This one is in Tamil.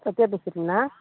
சத்யா